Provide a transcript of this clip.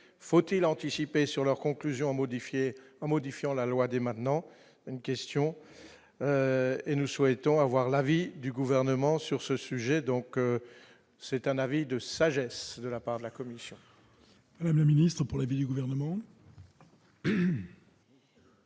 faut-il anticiper sur leur conclusion modifié en modifiant la loi dès maintenant une question et nous souhaitons avoir l'avis du gouvernement sur ce sujet, donc c'est un avis de sagesse de la part de la Commission. Le ministre pour les pays, gouvernement.